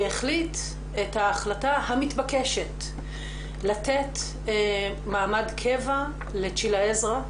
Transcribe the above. שהחליט את ההחלטה המתבקשת לתת מעמד קבע לצ'ילה עזרא,